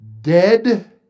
dead